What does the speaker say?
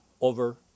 over